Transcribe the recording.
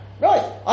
Right